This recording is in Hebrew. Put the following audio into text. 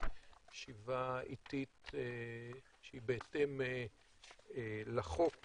ישיבה עיתית שהיא בהתאם לחוק